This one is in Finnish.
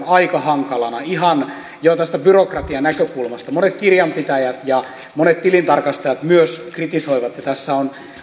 aika hankalana ihan jo tästä byrokratianäkökulmasta monet kirjanpitäjät ja monet tilintarkastajat myös kritisoivat ja tässä on